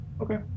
Okay